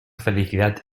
felicidad